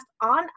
on